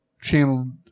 channeled